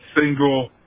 single